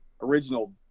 original